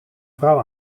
vrouw